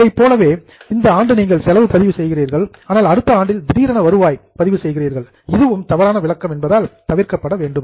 அதைப் போலவே இந்த ஆண்டு நீங்கள் செலவை பதிவு செய்கிறீர்கள் ஆனால் அடுத்த ஆண்டில் திடீரென வருவாயை ரெக்கார்ட் பதிவு செய்கிறீர்கள் இதுவும் தவறான விளக்கம் என்பதால் தவிர்க்கப்பட வேண்டும்